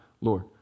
Lord